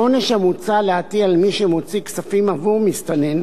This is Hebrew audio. העונש המוצע להטיל על מי שמוציא כספים בעבור מסתנן